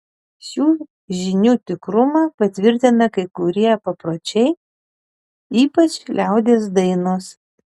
šių žinių tikrumą patvirtina kai kurie papročiai ypač liaudies dainos